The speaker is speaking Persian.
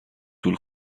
طول